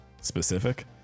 specific